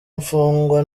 imfungwa